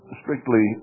strictly